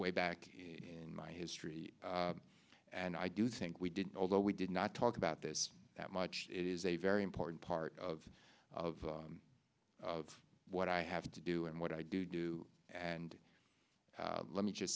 way back in my history and i do think we did although we did not talk about this that much it is a very important part of of of what i have to do and what i do do and let me just